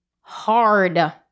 Hard